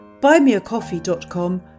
buymeacoffee.com